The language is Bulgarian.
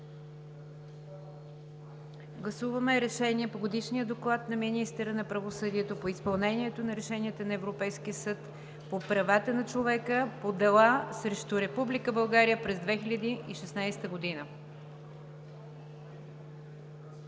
Гласуваме Решение по Годишния доклад на министъра на правосъдието по изпълнението на решенията на Европейския съд по правата на човека по дела срещу Република България през 2016 г.